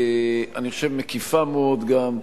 אני חושב שמקיפה מאוד גם,